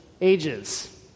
ages